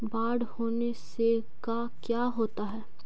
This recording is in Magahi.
बाढ़ होने से का क्या होता है?